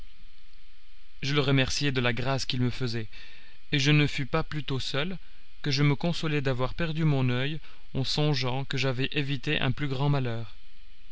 je le remerciai de la grâce qu'il me faisait et je ne fus pas plus tôt seul que je me consolai d'avoir perdu mon oeil en songeant que j'avais évité un plus grand malheur